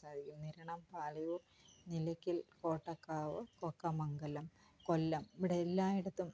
സാധിക്കുന്നു ഏഴെണ്ണം പാലയൂര് നിലിക്കില് കോട്ടക്കാവ് കൊക്കമംഗലം കൊല്ലം ഇവിടെ എല്ലായിടത്തും